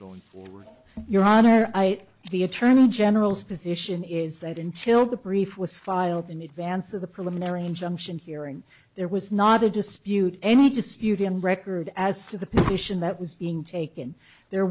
going forward your honor i the attorney general's position is that until the brief was filed in advance of the preliminary injunction hearing there was not a dispute any dispute in record as to the position that was being taken there